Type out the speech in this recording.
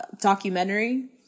documentary